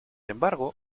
embargo